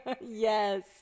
Yes